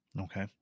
Okay